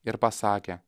ir pasakė